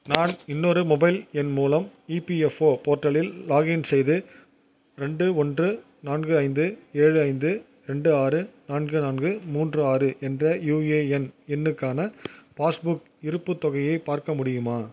நான் இன்னொரு மொபைல் எண் மூலம் இபிஎஃப்ஓ போர்ட்டலில் லாக்இன் செய்து ரெண்டு ஒன்று நான்கு ஐந்து ஏழு ஐந்து ரெண்டு ஆறு நான்கு நான்கு மூன்று ஆறு என்ற யுஏஎன் எண்ணுக்கான பாஸ் புக் இருப்புத் தொகையை பார்க்க முடியுமா